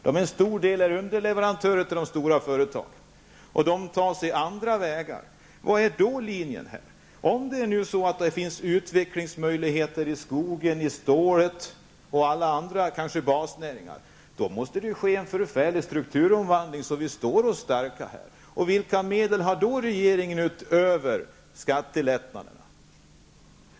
En stor del av småföretagen är underleverantörer till de stora företagen. Det tar sig andra vägar. Vilken linje är det fråga om? Om det nu finns utvecklingsmöjligheter när det gäller skog, stål och kanske alla andra basnäringar, måste det ju bli en väldig strukturomvandling, så att vi står starka. Vilka medel har då regeringen att tillgripa förutom skattelättnaderna?